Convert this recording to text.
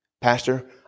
Pastor